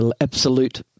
absolute